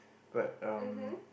but um